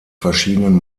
verschiedenen